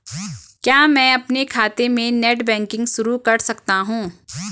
क्या मैं अपने खाते में नेट बैंकिंग शुरू कर सकता हूँ?